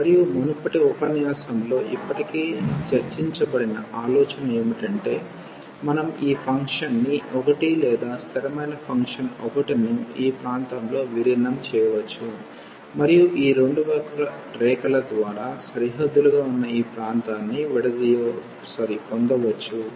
మరియు మునుపటి ఉపన్యాసంలో ఇప్పటికే చర్చించబడిన ఆలోచన ఏమిటంటే మనం ఈ ఫంక్షన్ని ఒకటి లేదా స్థిరమైన ఫంక్షన్ 1 ను ఈ ప్రాంతంలో విలీనం చేయవచ్చు మరియు ఈ రెండు వక్ర రేఖల ద్వారా సరిహద్దులుగా ఉన్న ప్రాంతాన్ని పొందవచ్చు